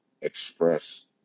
express